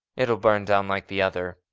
it will burn down like the other.